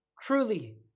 truly